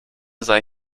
sei